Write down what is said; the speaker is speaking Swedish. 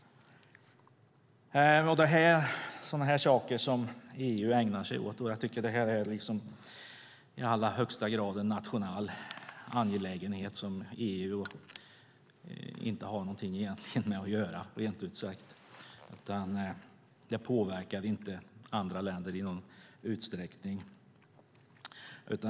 Det är sådana här saker EU ägnar sig åt. Jag tycker att det är en i allra högsta grad nationell angelägenhet som EU egentligen inte har någonting med att göra, rent ut sagt. Det påverkar inte andra länder i någon utsträckning.